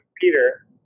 Peter